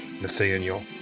Nathaniel